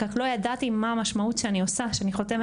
רק לא ידעתי מה המשמעות שאני עושה כשאני חותמת